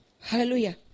Hallelujah